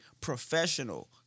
professional